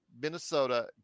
Minnesota